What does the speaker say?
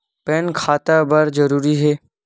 Pan खाता बर जरूरी हे?